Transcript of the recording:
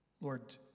Lord